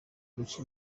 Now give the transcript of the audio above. guca